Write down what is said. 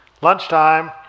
lunchtime